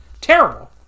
Terrible